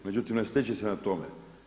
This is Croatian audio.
Međutim, ne stiče se na tome.